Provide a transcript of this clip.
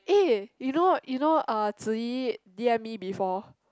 eh you know you know uh Zi-Yi d_m me before